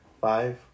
Five